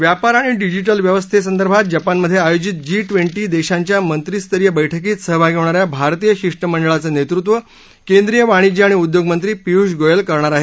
व्यापार आणि डिजिटल व्यवस्थेसंदर्भात जपानमध्ये आयोजित जी ट्वेन्टी देशांच्या मंत्रीस्तरीय बैठकीत सहभागी होणाऱ्या भारतीय शिष्टमंडळाचं नेतृत्व केंद्रीय वाणिज्य आणि उद्योग मंत्री पियुष गोयल करणार आहेत